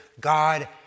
God